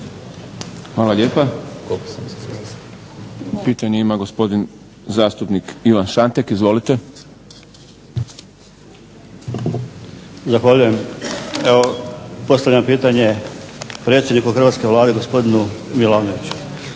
Hvala lijepa. Pitanje ima gospodin zastupnik Ivan Šantek, izvolite. **Šantek, Ivan (HDZ)** Zahvaljujem. Postavljam pitanje predsjedniku hrvatske Vlade, gospodinu Milanoviću.